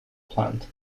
plant